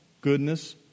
goodness